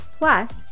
Plus